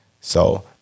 So-